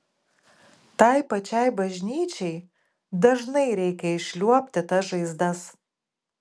tai pačiai bažnyčiai dažnai reikia išliuobti tas žaizdas